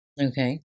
Okay